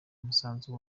umusanzu